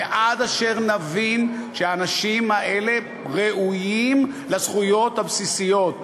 עד אשר נבין שהאנשים האלה ראויים לזכויות הבסיסיות,